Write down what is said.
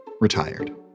retired